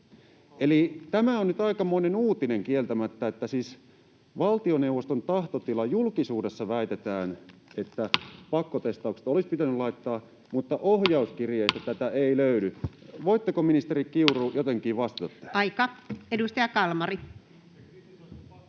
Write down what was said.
Eli tämä on nyt aikamoinen uutinen kieltämättä, siis valtioneuvoston tahtotila: julkisuudessa väitetään, että pakkotestaukset olisi pitänyt laittaa, mutta ohjauskirjeistä tätä ei löydy. Voitteko, ministeri Kiuru, jotenkin vastata tähän?